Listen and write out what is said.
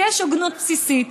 כי יש הוגנות בסיסית.